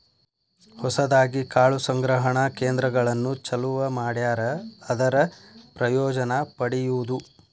ಹೊಸದಾಗಿ ಕಾಳು ಸಂಗ್ರಹಣಾ ಕೇಂದ್ರಗಳನ್ನು ಚಲುವ ಮಾಡ್ಯಾರ ಅದರ ಪ್ರಯೋಜನಾ ಪಡಿಯುದು